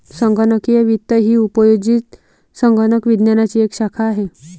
संगणकीय वित्त ही उपयोजित संगणक विज्ञानाची एक शाखा आहे